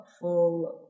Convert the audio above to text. full